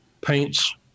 paints